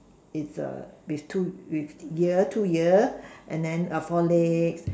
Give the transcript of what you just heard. is a with two with ear two ears and then four legs